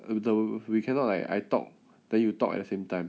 uh the we cannot like I talk then you talk at the same time